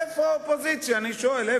איפה האופוזיציה, אני שואל?